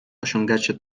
osiągacie